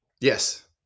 Yes